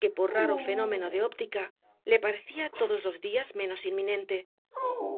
que por raro fenómeno de óptica le parecía todos los días menos inminente